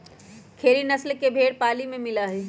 खेरी नस्ल के भेंड़ पाली में मिला हई